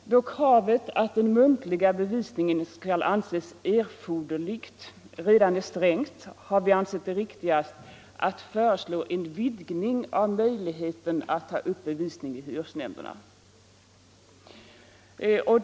Då redan kravet att den muntliga bevisningen skall anses erforderlig är strängt, har vi ansett det riktigast att föreslå en vidgning av möjligheten att ta upp bevisning i hyresnämnderna.